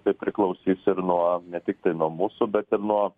tai priklausys ir nuo ne tiktai nuo mūsų bet ir nuo